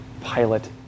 pilot